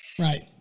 Right